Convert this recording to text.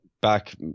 Back